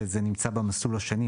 שזה נמצא במסלול השני,